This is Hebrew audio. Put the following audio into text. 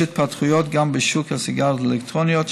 יש התפתחויות גם בשוק הסיגריות האלקטרוניות,